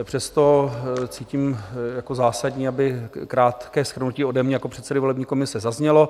Přesto cítím jako zásadní, aby krátké shrnutí ode mne jako předsedy volební komise zaznělo.